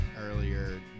earlier